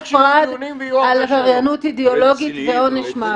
על עבריינות אידיאולוגית ועונש מוות.